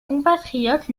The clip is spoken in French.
compatriotes